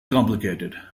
complicated